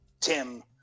Tim